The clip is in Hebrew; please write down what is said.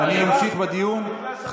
אני אמשיך בדיון.